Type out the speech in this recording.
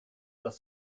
dass